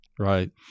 Right